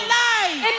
life